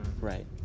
right